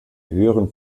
höheren